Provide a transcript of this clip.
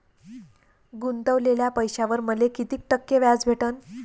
गुतवलेल्या पैशावर मले कितीक टक्के व्याज भेटन?